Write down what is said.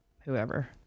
whoever